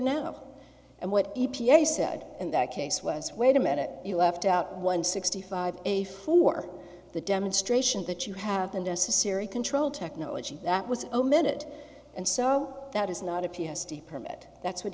now and what e p a said in that case was wait a minute you left out one sixty five a for the demonstration that you have the necessary control technology that was omitted and so that is not a p s t permit that's what